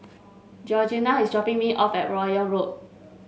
Georgina is dropping me off at Royal Road